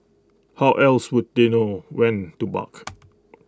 how else would they know when to bark